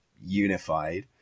unified